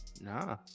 Nah